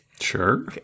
Sure